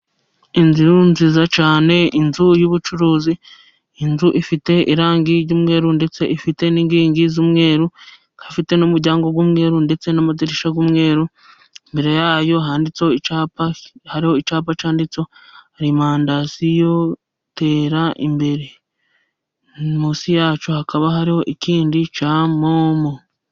Inzu nziza cyane inzu y'ubucuruzi, inzu ifite irangi ry'umweru ndetse ifite n'inkingi z'umweru ikaba ifite n'umuryango w'umweru ndetse n'amadirishya y'umweru. Imbere yayo handitseho icyapa hariho icyapa cyanditse alimandasiyo tera imbere munsi yacyo hakaba hariho ikindi cya MOMO.